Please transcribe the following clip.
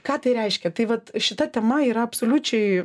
ką tai reiškia tai vat šita tema yra absoliučiai